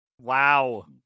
Wow